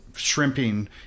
Shrimping